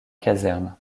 caserne